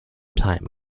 time